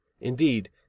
Indeed